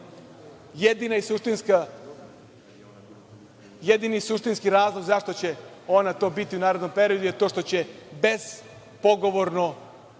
jedini i suštinski razlog zašto će ona to biti u narednom periodu je to što će bespogovorno